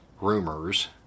rumors